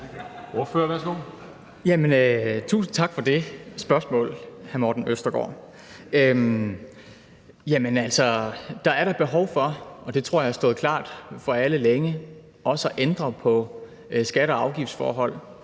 tusind tak for det spørgsmål, hr. Morten Østergaard. Altså, der er da behov for, og det tror jeg har stået klart for alle længe, også at ændre på skatte- og afgiftsforhold